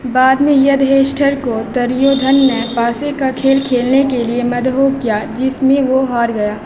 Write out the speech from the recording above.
بعد میں یدھشٹھر کو دریودھن نے پاسے کا کھیل کھیلنے کے لیے مدہو کیا جس میں وہ ہار گیا